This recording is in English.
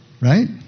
Right